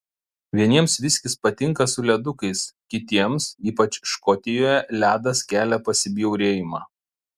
vieniems viskis patinka su ledukais kitiems ypač škotijoje ledas kelia pasibjaurėjimą